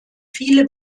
viele